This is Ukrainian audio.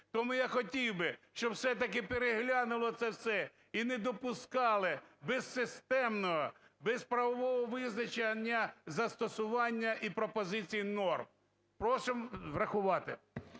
Тому я хотів би, щоб все-таки переглянули це все і не допускали безсистемного, безправового визначення застосування і пропозицій норм. Просимо врахувати.